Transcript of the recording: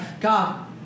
God